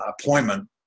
appointment